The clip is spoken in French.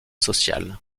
social